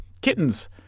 kittens